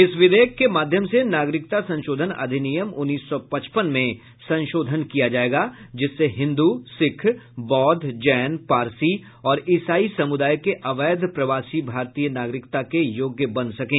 इस विधेयक के माध्यम से नागरिकता संशोधन अधिनियम उन्नीस सौ पचपन में संशोधन किया जाएगा जिससे हिन्दू सिख बौद्ध जैन पारसी और ईसाई समुदायों के अवैध प्रवासी भारतीय नागरिकता के योग्य बन सकें